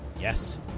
Yes